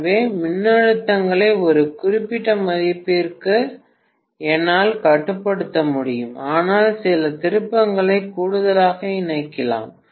எனவே மின்னழுத்தத்தை ஒரு குறிப்பிட்ட மதிப்புக்கு என்னால் கட்டுப்படுத்த முடியும் ஆனால் சில திருப்பங்களை கூடுதலாக இணைக்கலாம்